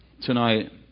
tonight